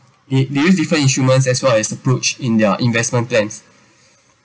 they they use different instruments as well as approach in their investment plans